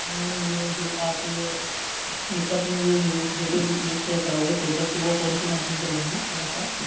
ma'am यह जो आप मेकअप में जो यो यो जो यूज़ होता है वह प्रोडक्ट वह कौन सी कम्पनी का लेंगे थोड़ा सा